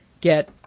get